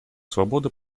свобода